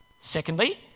Secondly